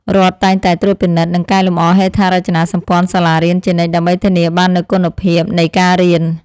រដ្ឋតែងតែត្រួតពិនិត្យនិងកែលម្អហេដ្ឋារចនាសម្ព័ន្ធសាលារៀនជានិច្ចដើម្បីធានាបាននូវគុណភាពនៃការរៀន។